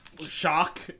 Shock